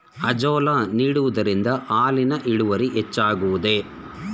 Azolla ನೀಡುವುದರಿಂದ ಹಾಲಿನ ಇಳುವರಿ ಹೆಚ್ಚುವುದೇ?